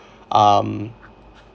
um